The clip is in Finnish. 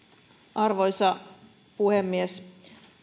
arvoisa puhemies